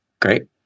great